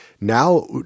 now